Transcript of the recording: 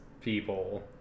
people